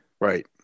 right